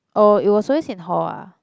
oh it was always in hall ah